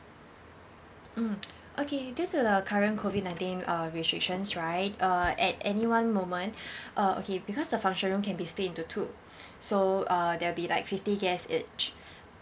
mm okay due to the current COVID nineteen uh restrictions right uh at any one moment uh okay because the function room can be split into two so uh they'll be like fifty guests each